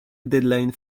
deadline